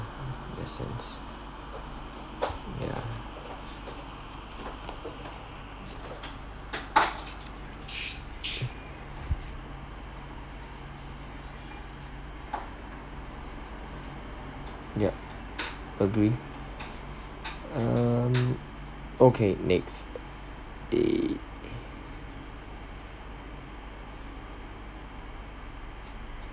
in a sense yeah yeah agree um okay next eh